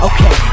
Okay